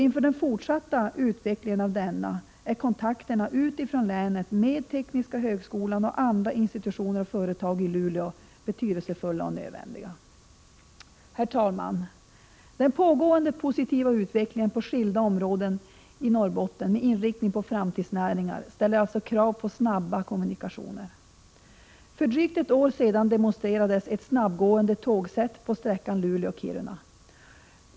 Inför den fortsatta utvecklingen är kontakterna ut från länet för tekniska högskolan och andra institutioner och företag i Luleå betydelsefulla och nödvändiga. Herr talman! Den pågående positiva utvecklingen på skilda områden i Norrbotten med inriktning på framtidsnäringar, ställer alltså krav på snabba kommunikationer. För drygt ett år sedan demonstrerades ett snabbgående tågset på sträckan Luleå—Kiruna.